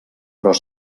però